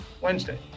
Wednesday